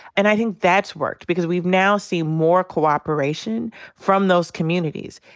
and i think that's worked. because we've now seen more cooperation from those communities.